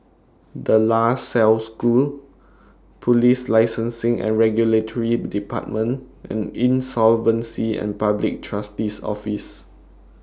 De La Salle School Police Licensing and Regulatory department and Insolvency and Public Trustee's Office